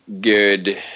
good